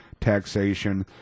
taxation